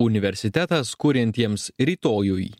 universitetas kuriantiems rytojui